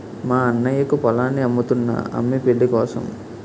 మా అన్నయ్యకు పొలాన్ని అమ్ముతున్నా అమ్మి పెళ్ళికోసం